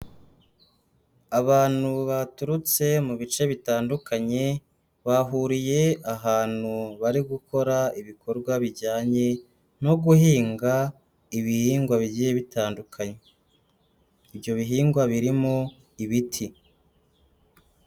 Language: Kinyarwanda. Abantu baturutse mu bice bitandukanye bahuriye ahantu bari gukora ibikorwa bijyanye kno guhinga ibihingwa bigiye bitandukanye, ibyo bihingwa birimo ibiti.